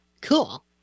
cool